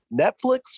Netflix